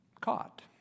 caught